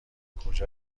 کجا